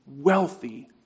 wealthy